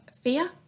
fear